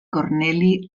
corneli